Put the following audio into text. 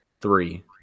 three